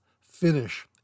finish